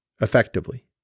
effectively